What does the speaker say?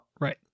Right